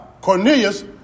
Cornelius